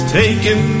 taken